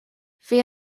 bhí